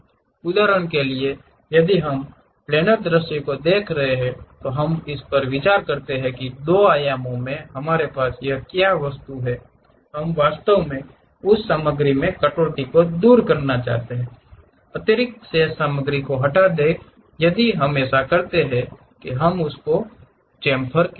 उदाहरण के लिए यदि हम प्लानेर दृश्य को देख रहे हैं तो हम इस पर विचार करते हैं कि 2 आयामों में हमारे पास क्या वस्तु है हम वास्तव में उस सामग्री में कटौती को दूर करना चाहते हैं अतिरिक्त शेष सामग्री को हटा दें यदि हम ऐसा करते हैं कि हम उस को एक चेमफर कहते हैं